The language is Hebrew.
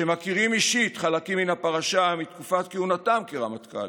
שמכירים אישית חלקים מן הפרשה מתקופת כהונתם כרמטכ"לים.